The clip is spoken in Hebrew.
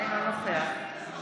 אינו נוכח סמי